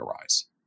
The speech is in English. arise